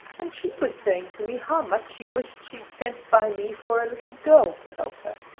and she was saying to me how much she wished she'd sent by me for a little girl to help her.